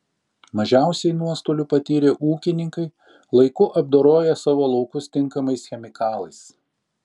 mažiausių nuostolių patyrė ūkininkai laiku apdoroję savo laukus tinkamais chemikalais